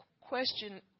question